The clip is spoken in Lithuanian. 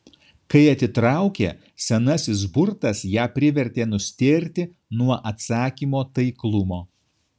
kai atitraukė senasis burtas ją privertė nustėrti nuo atsakymo taiklumo